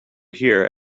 here